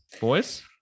boys